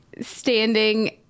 standing